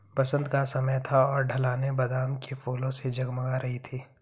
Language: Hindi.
बसंत का समय था और ढलानें बादाम के फूलों से जगमगा रही थीं